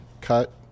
cut